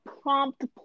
prompt